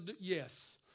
Yes